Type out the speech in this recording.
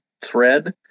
thread